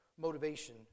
motivation